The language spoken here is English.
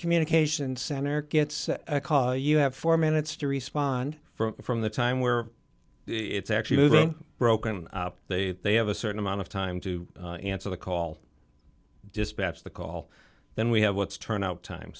communication center gets a call you have four minutes to respond for from the time where it's actually broken up they they have a certain amount of time to answer the call dispatch the call then we have what's turn out time